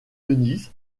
denise